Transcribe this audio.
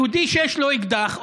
יהודי שיש לו אקדח,